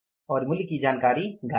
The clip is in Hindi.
और मूल्य की जानकारी गायब है